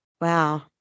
Wow